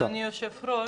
אדוני היושב-ראש.